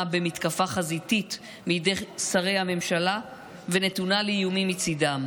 במתקפה חזיתית מידי שרי הממשלה ונתונה לאיומים מצידם,